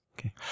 Okay